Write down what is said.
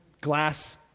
glass